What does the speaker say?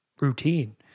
routine